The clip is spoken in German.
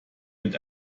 mit